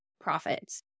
profits